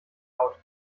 haut